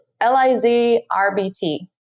L-I-Z-R-B-T